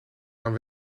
aan